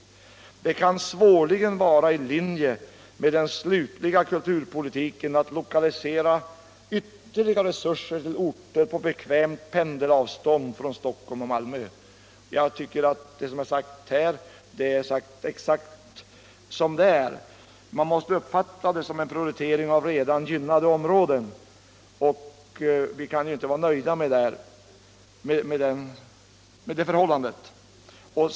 Det kan svårligen vara i linje med den slutliga kulturpolitiken att lokalisera ytterligare resurser till orter på bekvämt pendelavstånd från Stockholm och Malmö.” Jag tycker att det är exakt det riktiga som här sägs. Man måste uppfatta det så att det gäller en prioritering av redan gynnade områden, och vi kan ju inte vara nöjda med det förhållandet.